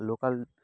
local